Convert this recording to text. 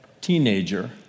teenager